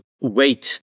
wait